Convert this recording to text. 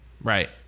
Right